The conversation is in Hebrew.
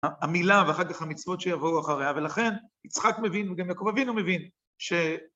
המילה ואחר כך המצוות שיבואו אחריה ולכן יצחק מבין וגם יעקב אבינו מבין